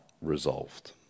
resolved